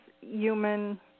human